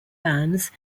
bands